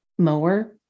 Mower